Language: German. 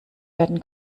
werden